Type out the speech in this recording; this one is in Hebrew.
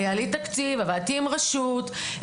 היה לי תקציב עבדתי עם רשות,